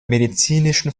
medizinischen